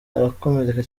arakomereka